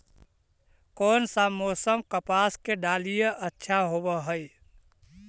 कोन सा मोसम कपास के डालीय अच्छा होबहय?